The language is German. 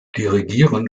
dirigieren